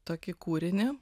tokį kūrinį